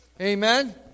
Amen